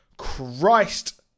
christ